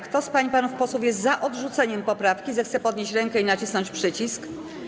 Kto z pań i panów posłów jest za odrzuceniem poprawki, zechce podnieść rękę i nacisnąć przycisk.